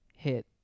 Hit